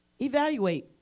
evaluate